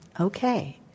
okay